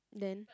then